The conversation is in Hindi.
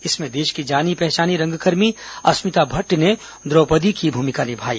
इसमें देश की जानी पहचानी रंगकर्मी अस्मिता भट्ट ने द्रौपदी की भूमिका निभाई